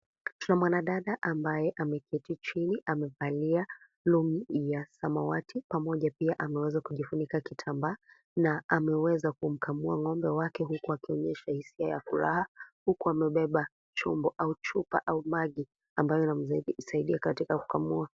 Tuna mwanadada ambaye ameketi chini amevalia longi ya samawati pamoja pia ameweza kujifunika kitambaa na ameweza kumkamua ngombe wake huku akionyesha hisia ya furaha huku amebeba chombo au chupa au maji ambayo itamsaidia katika kukamua.